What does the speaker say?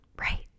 right